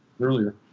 earlier